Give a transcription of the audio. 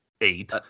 eight